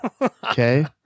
Okay